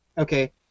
Okay